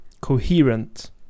coherent